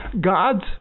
God's